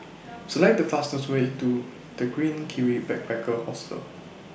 Select The fastest Way to The Green Kiwi Backpacker Hostel